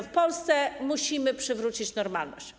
W Polsce musimy przywrócić normalność.